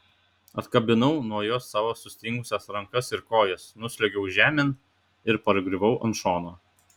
atkabinau nuo jo savo sustingusias rankas ir kojas nusliuogiau žemėn ir pargriuvau ant šono